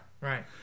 Right